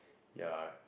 ya